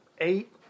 eight